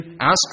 ask